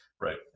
right